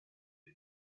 the